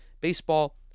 baseball